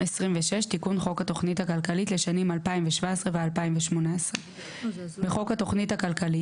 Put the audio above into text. תיקון חוק התוכנית הכלכלית לשנים 2017 ו-2018 26. בחוק התוכנית הכלכלית